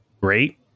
great